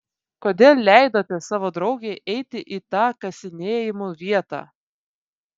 kodėl leidote savo draugei eiti į tą kasinėjimų vietą